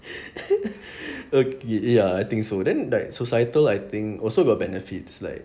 okay ya I think so then like societal I think also got benefits like